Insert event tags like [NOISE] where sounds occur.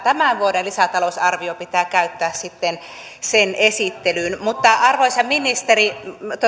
[UNINTELLIGIBLE] tämän vuoden lisätalousarvio pitää käyttää sitten sen esittelyyn mutta arvoisa ministeri